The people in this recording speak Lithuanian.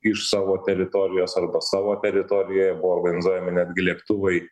iš savo teritorijos arba savo teritorijoje buvo organizuojami netgi lėktuvai